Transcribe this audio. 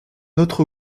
autre